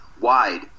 wide